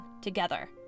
together